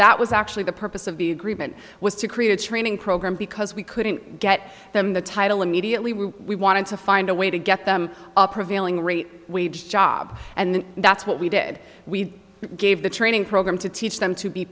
that was actually the purpose of the agreement was to create a training program because we couldn't get them the title immediately we wanted to find a way to get them a prevailing rate wage job and that's what we did we gave the training program to teach them to be